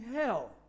hell